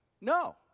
No